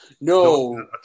No